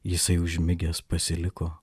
jisai užmigęs pasiliko